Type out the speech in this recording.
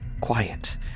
quiet